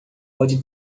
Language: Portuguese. pode